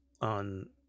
on